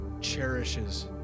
cherishes